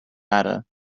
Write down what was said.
matter